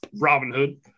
Robinhood